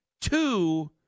Two